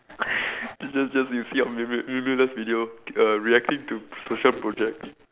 you just just you see our video uh reacting to social projects